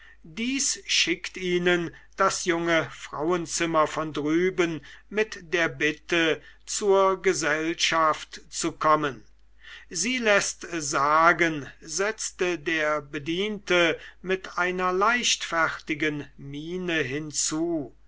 dies schickt ihnen das junge frauenzimmer von drüben mit der bitte zur gesellschaft zu kommen sie läßt sagen setzte der bediente mit einer leichtfertigen miene hinzu